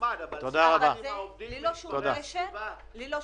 ללא שום קשר,